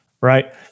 right